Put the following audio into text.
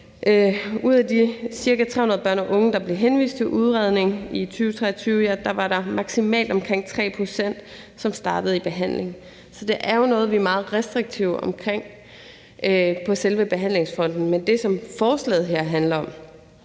ud af de ca. 300 børn og unge, der blev henvist til udredning i 2023, var det maksimalt omkring 3 pct., som startede i behandling. Så det er jo noget, vi er meget restriktive omkring på selve behandlingsfronten, men det, som forslaget her handler om,